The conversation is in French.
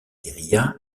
guérilla